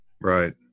right